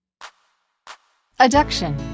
Adduction